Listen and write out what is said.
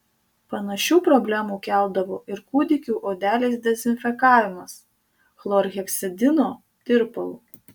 panašių problemų keldavo ir kūdikių odelės dezinfekavimas chlorheksidino tirpalu